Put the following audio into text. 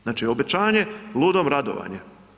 Znači obećanje, ludom radovanje.